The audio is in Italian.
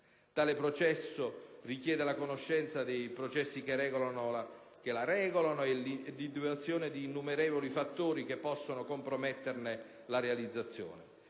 Tale processo richiede la conoscenza dei meccanismi che la regolano e l'individuazione degli innumerevoli fattori che possono comprometterne la realizzazione.